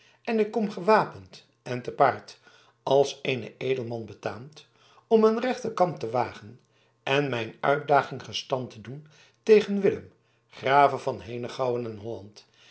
en ik kom gewapend en te paard als eenen edelman betaamt om een rechten kamp te wagen en mijn uitdaging gestand te doen tegen willem grave van henegouwen en holland